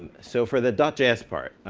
so for the dot js part,